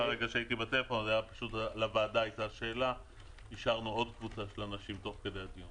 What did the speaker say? תוך כדי הדיון אישרנו עוד קבוצה של אנשים.